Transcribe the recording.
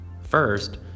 First